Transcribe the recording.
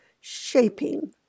shaping